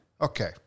Okay